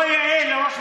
לא יאה לראש ממשלה.